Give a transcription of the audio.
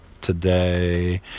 today